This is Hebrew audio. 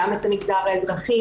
גם את המגזר האזרחי,